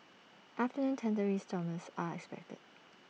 afternoon thundery showers are expected